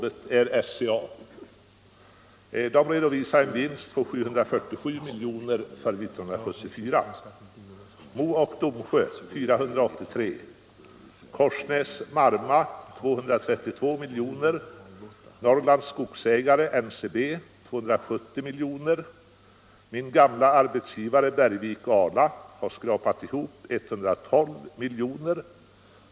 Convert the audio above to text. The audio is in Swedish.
Ett av dessa företag är Cellulosabolaget . Där redovisar man en vinst på 747 miljoner för 1974. Mo och Domsjö redovisar 483 miljoner, Korsnäs Marma 232 miljoner och Norrlands skogsägare 270 miljoner. Vidare har min gamle arbetsgivare Bergvik & Ala skrapat ihop 112 miljoner.